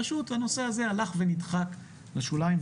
פשוט הנושא הזה הלך ונדחק לשוליים,